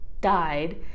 died